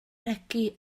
regi